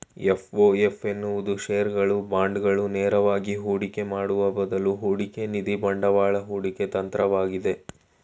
FOF ಎನ್ನುವುದು ಶೇರುಗಳು, ಬಾಂಡುಗಳು ನೇರವಾಗಿ ಹೂಡಿಕೆ ಮಾಡುವ ಬದ್ಲು ಹೂಡಿಕೆನಿಧಿ ಬಂಡವಾಳ ಹೂಡಿಕೆ ತಂತ್ರವಾಗೈತೆ